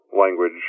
language